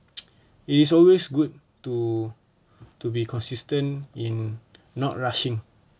it is always good to to be consistent in not rushing